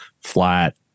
flat